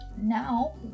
now